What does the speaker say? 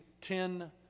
ten